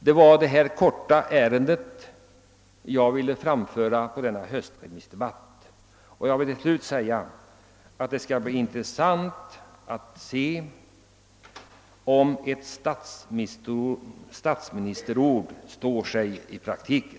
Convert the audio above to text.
Det var dessa frågor jag i all korthet ville beröra vid höstremissdebatten. Jag vill till slut säga att det skall bli in tressant att se, om ett statsministerord står sig i praktiken.